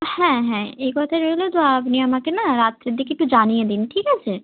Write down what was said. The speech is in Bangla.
হ্যাঁ হ্যাঁ এই কথাই রইলো তো আপনি আমাকে না রাত্রের দিকে একটু জানিয়ে দিন ঠিক আছে